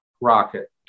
rocket